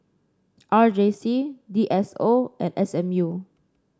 R J C D S O and S M U